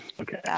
Okay